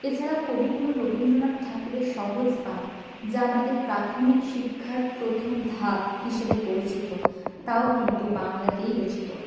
এছাড়াও কবিগুরু রবীন্দ্রনাথ ঠাকুরের সহজপাঠ যা আমাদের প্রাথমিক শিক্ষার প্রথম ধাপ হিসেবে পরিচিত তাও কিন্তু বাংলাতেই রচিত